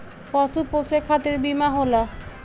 पशु पोसे खतिर बीमा होला